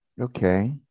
Okay